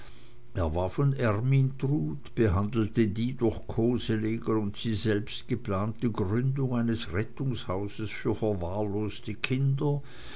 er war von ermyntrud behandelte die durch koseleger und sie selbst geplante gründung eines rettungshauses für verwahrloste kinder